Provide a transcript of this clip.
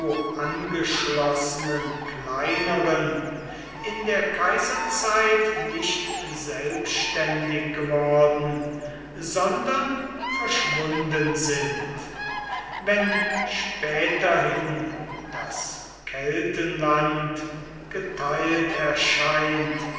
angeschlossenen kleineren in der kaiserzeit nicht selbständig geworden sondern verschwunden sind wenn späterhin das keltenland geteilt erscheint